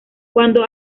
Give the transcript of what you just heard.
cuando